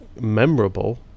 memorable